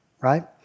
right